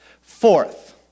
Fourth